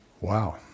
Wow